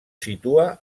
situa